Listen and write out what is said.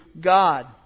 God